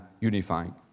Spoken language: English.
unifying